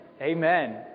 Amen